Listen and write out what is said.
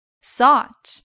sought